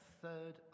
third